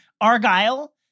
Argyle